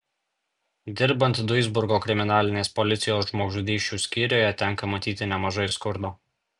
dirbant duisburgo kriminalinės policijos žmogžudysčių skyriuje tenka matyti nemažai skurdo